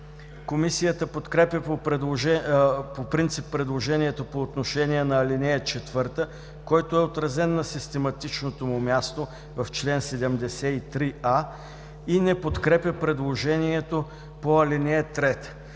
Комисията подкрепя по принцип предложението по отношение на ал. 4, което е отразено на систематичното му място в чл. 73а, и не подкрепя предложението по ал. 5.